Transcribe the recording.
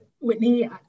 Whitney